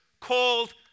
called